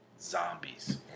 zombies